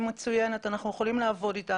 אנחנו יכולים לעבוד אתה.